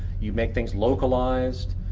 you make things localized.